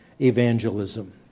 evangelism